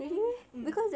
mm mm